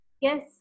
Yes